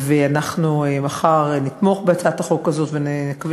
ואנחנו מחר נתמוך בהצעת החוק הזאת ונקווה